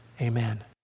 Amen